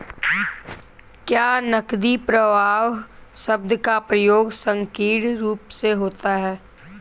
क्या नकदी प्रवाह शब्द का प्रयोग संकीर्ण रूप से होता है?